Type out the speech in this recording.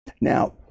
now